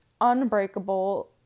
unbreakable